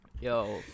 Yo